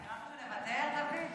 נראה לך שנוותר, דוד?